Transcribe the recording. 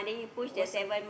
what's the